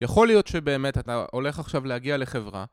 יכול להיות שבאמת אתה הולך עכשיו להגיע לחברה